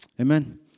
Amen